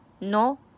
no